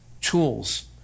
tools